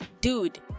dude